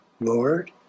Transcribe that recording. Lord